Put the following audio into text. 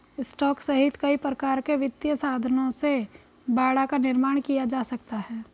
stock सहित कई प्रकार के वित्तीय साधनों से बाड़ा का निर्माण किया जा सकता है